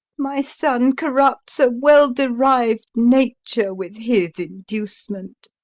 my son corrupts a well-derived nature with his inducement.